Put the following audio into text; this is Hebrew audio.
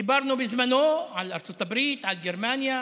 דיברנו בזמנו על ארצות הברית, על גרמניה,